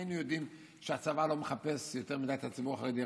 שנינו יודעים שהצבא לא מחפש יותר מדי את הציבור החרדי,